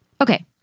Okay